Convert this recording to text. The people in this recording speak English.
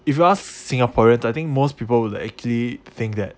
if you ask singaporeans I think most people would actually think that